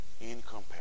incomparable